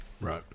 Right